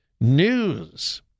news